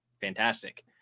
fantastic